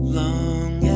long